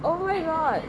oh my god